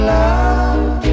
love